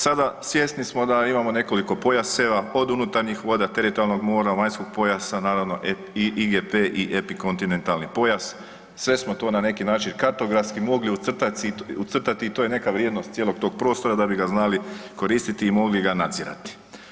Sada svjesni smo da imamo nekoliko pojaseva od unutarnjih voda, teritorijalnog mora, vanjskog pojasa, naravno IGP i epikontinentalni pojas, sve smo to na neki način kartografski mogli ucrtati i to je neka vrijednost cijelog tog prostora da bi ga znali koristiti i mogli ga nadzirati.